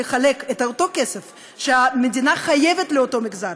לחלק את הכסף שהמדינה חייבת לאותו מגזר,